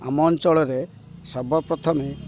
ଆମ ଅଞ୍ଚଳରେ ସର୍ବପ୍ରଥମେ